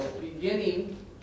beginning